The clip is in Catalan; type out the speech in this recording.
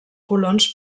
colons